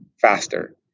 faster